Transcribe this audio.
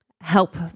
help